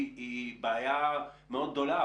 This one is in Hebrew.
היא בעיה מאוד גדולה.